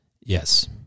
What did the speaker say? Yes